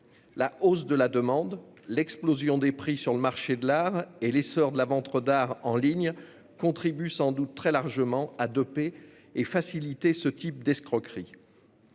La hausse de la demande, l'explosion des prix sur le marché de l'art et l'essor de la vente d'art en ligne contribuent sans doute très largement à doper et à faciliter ce type d'escroqueries.